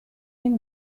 این